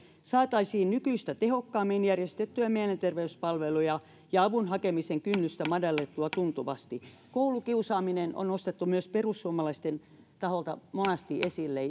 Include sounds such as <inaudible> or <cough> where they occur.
saataisiin nykyistä tehokkaammin järjestettyä mielenterveyspalveluja ja avun hakemisen kynnystä madallettua tuntuvasti koulukiusaaminen ja ongelmat siinä on nostettu myös perussuomalaisten taholta monasti esille <unintelligible>